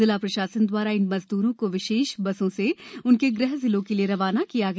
जिला प्रशासन द्वारा इन मजदूरों को विशेष बसों से उनके गृह जिलो के लिए रवाना कराया गया